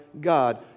God